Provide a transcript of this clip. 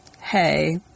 hey